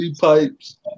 Pipes